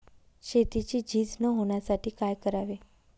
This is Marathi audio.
शेतीची झीज न होण्यासाठी काय करावे?